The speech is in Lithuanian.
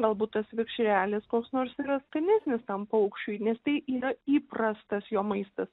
galbūt tas vikšrelis koks nors yra skanesnis tam paukščiui nes tai yra įprastas jo maistas